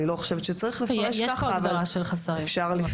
אני לא חושבת שצריך לפרש כך, אבל אפשר.